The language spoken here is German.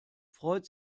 freut